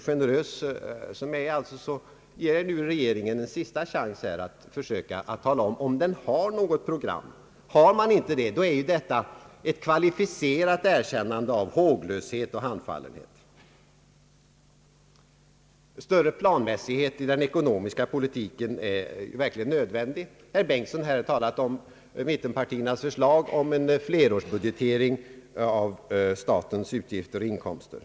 Generös som jag är, ger jag nu regeringen en sista chans att tala om huruvida den har något program. Saknar regeringen ett program, är det ett kvalificerat erkännande av håglöshet och handfallenhet. Större planmässighet i den ekonomiska politiken är verkligen nödvändig. Herr Bengtson har talat om mittenpartiernas förslag om en flerårsbudgetering av statens utgifter och inkomster.